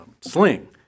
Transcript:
sling